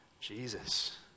Jesus